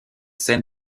scènes